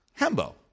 Hembo